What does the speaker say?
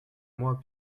moi